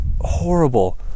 horrible